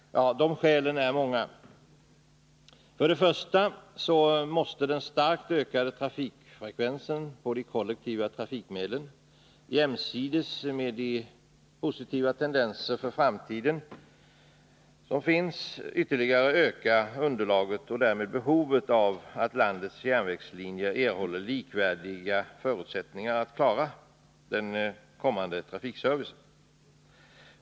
Ja, skälen är många. För det första måste den starkt ökade resandefrekvensen på de kollektiva trafikmedlen och de positiva tendenser som finns för framtiden ytterligare öka underlaget för och därmed behovet av att landets järnvägslinjer erhåller likvärdiga förutsättningar att klara trafikservicen.